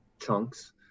chunks